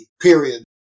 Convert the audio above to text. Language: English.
period